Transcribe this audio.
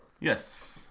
Yes